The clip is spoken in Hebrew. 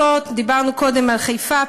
דיברנו קודם על חיפה,